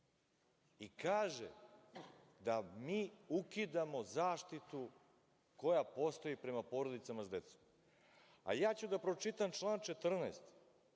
i kaže da mi ukidamo zaštitu koja postoji prema porodicama sa decom. Ja ću da pročitam član 14.